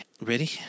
Ready